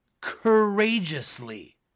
courageously